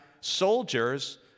soldiers